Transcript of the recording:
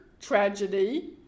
tragedy